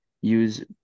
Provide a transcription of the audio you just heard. use